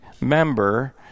member